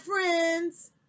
friends